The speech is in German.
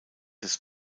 des